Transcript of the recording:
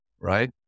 right